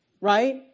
Right